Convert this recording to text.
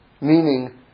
Meaning